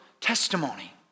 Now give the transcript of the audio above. testimony